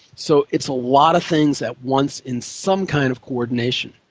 so it's a lot of things at once in some kind of coordination.